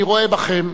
אני רואה בכם,